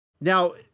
Now